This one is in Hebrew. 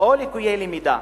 או ליקויי למידה.